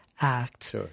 act